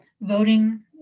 voting